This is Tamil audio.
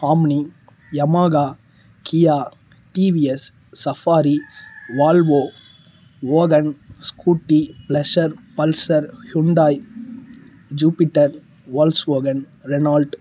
omni Yamaha Kia TVS Safari Volvo ஓதன் Scooty Pleasure Pulsar Hyundai Jupiter Volkswagen Reynold